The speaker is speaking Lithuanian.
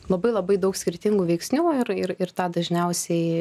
labai labai daug skirtingų veiksnių ir ir ir tą dažniausiai